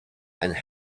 and